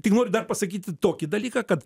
tik noriu dar pasakyti tokį dalyką kad